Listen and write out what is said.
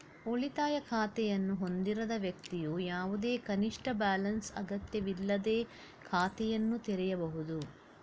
ಉಳಿತಾಯ ಖಾತೆಯನ್ನು ಹೊಂದಿರದ ವ್ಯಕ್ತಿಯು ಯಾವುದೇ ಕನಿಷ್ಠ ಬ್ಯಾಲೆನ್ಸ್ ಅಗತ್ಯವಿಲ್ಲದೇ ಖಾತೆಯನ್ನು ತೆರೆಯಬಹುದು